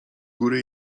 góry